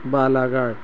Balaghat